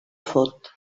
fot